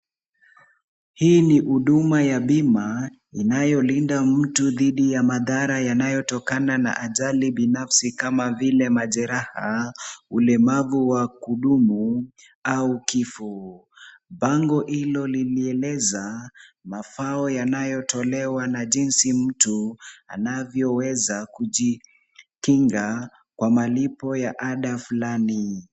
Hii ni huduma ya bima inayolinda mtu dhidi ya madhara yanayotokana na ajali binafsi kama vile majeraha, ulemavu wa kudumu au kifo. Bango hilo lilieleza mafao yanayotolewa na jinsi mtu anavyoweza kujikinga kwa malipo ya ada fulani.